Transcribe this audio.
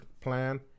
plan